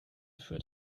führt